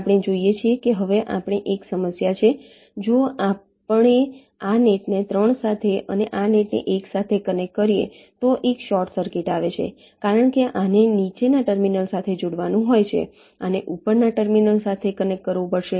આપણે જોઈએ છીએ કે હવે આપણને એક સમસ્યા છે જો આપણે આ નેટને 3 સાથે અને આ નેટને 1 સાથે કનેક્ટ કરીએ તો એક શોર્ટ સર્કિટ આવે છે કારણ કે આને નીચેના ટર્મિનલ સાથે જોડવાનું હોય છે આને ઉપરના ટર્મિનલ સાથે કનેક્ટ કરવું પડશે